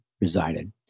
resided